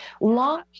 long